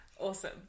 Awesome